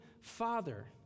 father